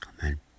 Amen